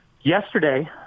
Yesterday